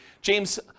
James